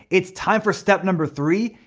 it's time for step number three,